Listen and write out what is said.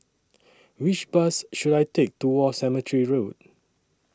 Which Bus should I Take to War Cemetery Road